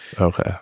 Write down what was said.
Okay